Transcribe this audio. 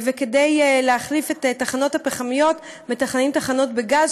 כדי להחליף את התחנות הפחמיות מתכננים תחנות בגז,